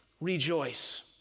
rejoice